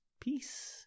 Peace